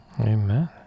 Amen